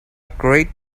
great